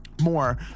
More